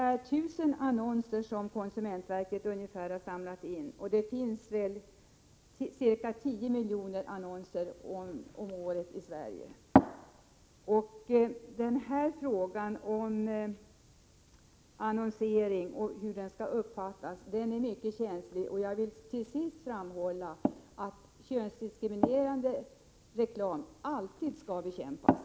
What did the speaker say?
Konsumentverket har samlat in ungefär 1 000 annonser, och det finns cirka tio miljoner annonser om året i Sverige. Frågan om hur denna annonsering skall uppfattas är mycket känslig. Till sist vill jag framhålla vår åsikt att könsdiskriminerande reklam alltid skall bekämpas.